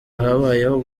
habayeho